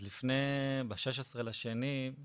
אז ב-16.2 לפני